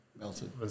Melted